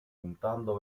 puntando